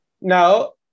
No